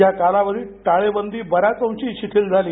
या कालावधीत टाळेबंदी बर्या च अंशी शिथिल झाली